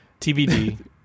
TBD